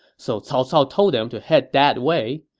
so cao cao told them to head that way.